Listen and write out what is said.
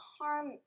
harm